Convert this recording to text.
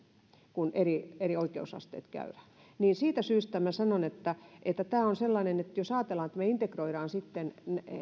kun eri oikeusasteet käydään siitä syystä minä sanon että että tämä on sellainen asia että jos ajatellaan että me integroimme sitten